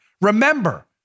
Remember